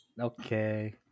Okay